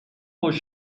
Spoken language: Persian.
خوش